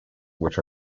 which